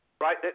right